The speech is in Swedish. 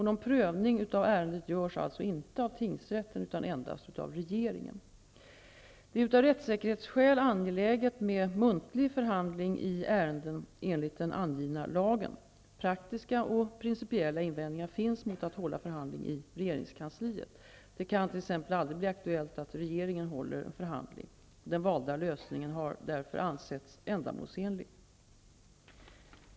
Någon prövning av ärendet görs alltså inte av tingsrätten utan endast av regeringen. Det är av rättsäkerhetsskäl angeläget med muntlig förhandling i ärenden enligt den angivna lagen. Praktiska och principiella invändningar finns mot att hålla förhandling i regeringskansliet. Det kan t.ex. aldrig bli aktuellt att regeringen håller förhandling. Den valda lösningen har därför ansetts ändamålsenlig.